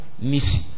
Nisi